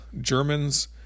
Germans